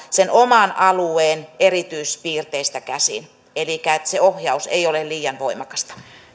sen oman alueen erityispiirteistä käsin elikkä että se ohjaus ei ole liian voimakasta